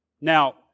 Now